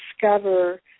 discover